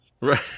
right